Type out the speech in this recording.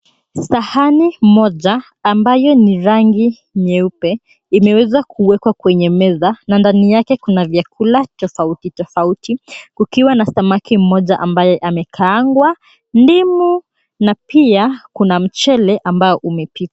Sahani moja ambayo ni rangi nyeupe imeweza kuwekwa kwenye meza na ndani yake kuna vyakula tofautitofauti kukiwa na samaki mmoja ambae amekaangwa, ndimu na pia kuna mchele ambao umepikwa.